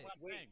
wait